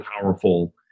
powerful